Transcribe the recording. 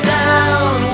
down